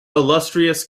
illustrious